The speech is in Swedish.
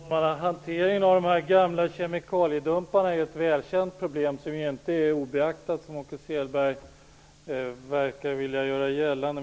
Fru talman! Hanteringen av de gamla kemikaliedumparna är ett välkänt problem, som inte är obeaktat -- vilket Åke Selberg verkar vilja göra gällande.